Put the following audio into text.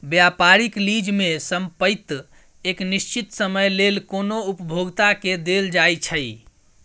व्यापारिक लीज में संपइत एक निश्चित समय लेल कोनो उपभोक्ता के देल जाइ छइ